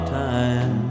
time